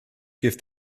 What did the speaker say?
give